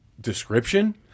description